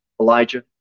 Elijah